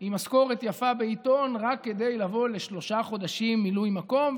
עם משכורת יפה בעיתון רק כדי לבוא לשלושה חודשים מילוי מקום,